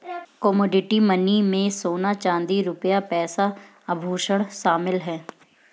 commodity money में सोना चांदी रुपया पैसा आभुषण शामिल है